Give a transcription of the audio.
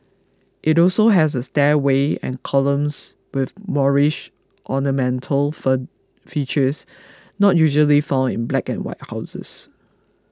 it also has a stairway and columns with Moorish ornamental features not usually found in black and white houses